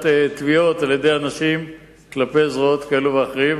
תביעות על-ידי אנשים כלפי זרועות כאלה ואחרות.